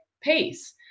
pace